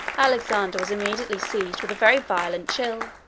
alexander was immediately seized with a very violent chill,